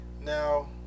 Now